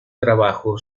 trabajo